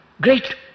Great